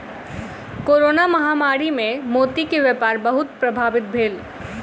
corona महामारी मे मोती के व्यापार बहुत प्रभावित भेल